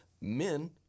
men